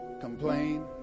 Complain